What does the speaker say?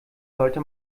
sollte